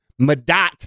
Madat